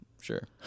Sure